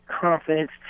confidence